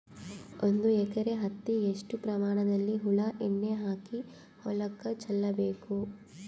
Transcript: ಒಂದು ಎಕರೆ ಹತ್ತಿ ಎಷ್ಟು ಪ್ರಮಾಣದಲ್ಲಿ ಹುಳ ಎಣ್ಣೆ ಹಾಕಿ ಹೊಲಕ್ಕೆ ಚಲಬೇಕು?